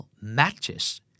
Matches